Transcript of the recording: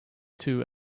two